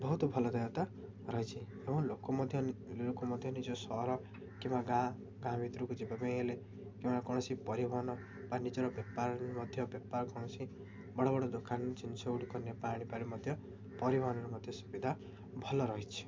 ବହୁତ ଭଲ ରହିଛି ଏବଂ ଲୋକ ମଧ୍ୟ ଲୋକ ମଧ୍ୟ ନିଜ ସହର କିମ୍ବା ଗାଁ ଗାଁ ଭିତରକୁ ଯିବା ପାଇଁ ହେଲେ କିମ୍ବା କୌଣସି ପରିବହନ ବା ନିଜର ବେପାର ମଧ୍ୟ ବେପାର କୌଣସି ବଡ଼ ବଡ଼ ଦୋକାନ ଜିନିଷ ଗୁଡ଼ିକ ନେବା ଆଣିବାରେ ମଧ୍ୟ ପରିବହନରେ ମଧ୍ୟ ସୁବିଧା ଭଲ ରହିଛି